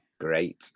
great